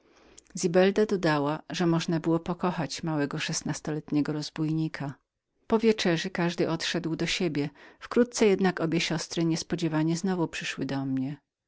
zibelda dodała że można było pokochać małego szesnastoletniego rozbójnika po wieczerzy każdy odszedł do siebie wkrótce jednak obie siostry znowu przyszły do mnie